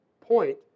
point